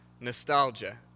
nostalgia